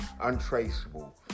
untraceable